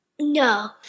No